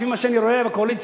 לפי מה שאני רואה בקואליציה,